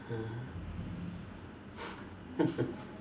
mm